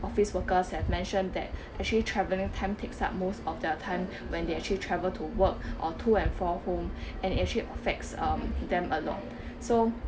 office workers have mentioned that actually travelling time takes up most of their time when they actually travel to work or to and fro home and actually affects um them a lot so